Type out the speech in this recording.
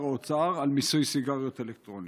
האוצר על מיסוי סיגריות אלקטרוניות.